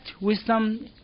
wisdom